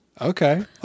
Okay